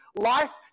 life